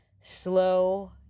slow